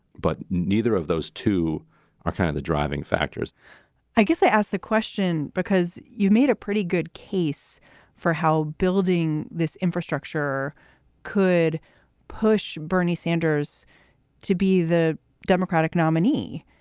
but neither of those two are kind of the driving factors i guess they ask the question because you made a pretty good case for how building this infrastructure could push bernie sanders to be the democratic nominee.